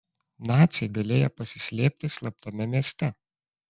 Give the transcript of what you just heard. naciai galėję pasislėpti slaptame mieste